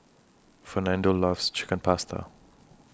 Fernando loves Chicken Pasta